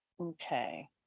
Okay